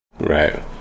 Right